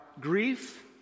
grief